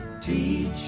Teach